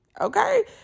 Okay